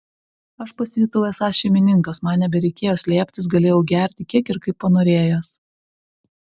aš pasijutau esąs šeimininkas man nebereikėjo slėptis galėjau gerti kiek ir kaip panorėjęs